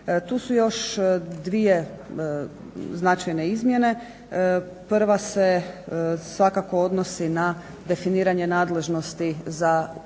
Tu su još dvije značajne izmjene. Prva se svakako odnosi na definiranje nadležnosti za provedbu